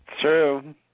true